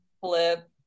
flip